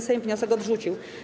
Sejm wniosek odrzucił.